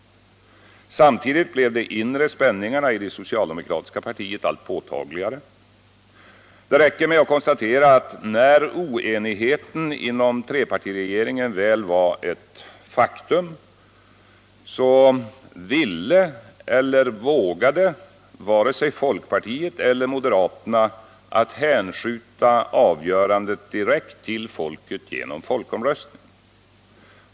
Samtidigt blev de inre spänningarna i det socialdemokratiska partiet allt påtagligare. Det räcker med att konstatera, att när oenigheten inom trepartiregeringen väl var ett faktum ville eller vågade varken folkpartiet eller moderaterna hänskjuta avgörandet direkt till folket genom folkomröstning.